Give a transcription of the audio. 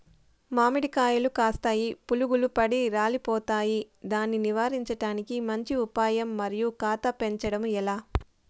మామిడి కాయలు కాస్తాయి పులుగులు పడి రాలిపోతాయి దాన్ని నివారించడానికి మంచి ఉపాయం మరియు కాత పెంచడము ఏలా?